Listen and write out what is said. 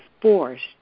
forced